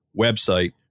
website